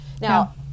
now